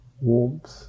warmth